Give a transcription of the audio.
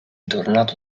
tornato